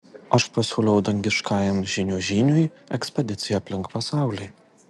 aš pasiūliau dangiškajam žynių žyniui ekspediciją aplink pasaulį